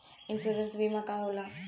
Insurance बीमा का होला?